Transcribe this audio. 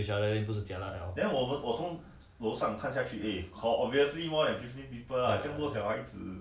in the pool ah but have you technically how do you count ya fifteen people then maybe five people next to each other then 不是 jialat 了